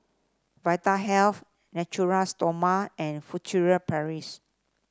Vitahealth Natura Stoma and Furtere Paris